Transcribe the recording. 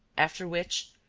after which,